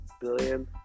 billion